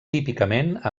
típicament